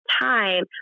time